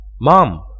Mom